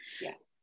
Yes